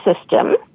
system